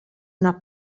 una